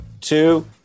two